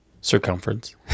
Circumference